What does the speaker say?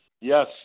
Yes